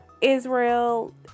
Israel